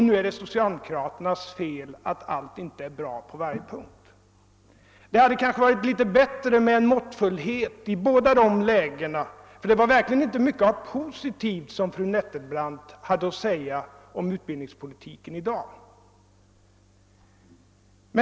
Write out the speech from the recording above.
Nu är det socialdemokraternas fel att allt inte är bra på varje punkt. Det hade kanske varit bättre med litet måttfullhet i båda dessa lägen, ty det var verkligen inte mycket positivt fru Nettelbrandt hade att säga om utbildningspolitiken i dag.